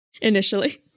initially